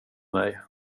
mig